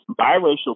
biracial